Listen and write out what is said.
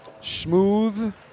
smooth